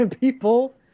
people